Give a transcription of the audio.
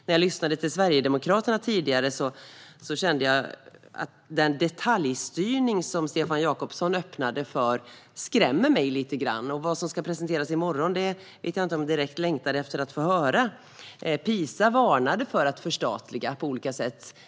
När jag lyssnade till Sverigedemokraterna tidigare kände jag att den detaljstyrning som Stefan Jakobsson öppnade för skrämmer mig lite grann. Jag vet inte om jag direkt längtar efter att få höra det som ska presenteras i morgon. PISA varnade för att förstatliga på olika sätt.